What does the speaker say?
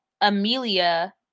Amelia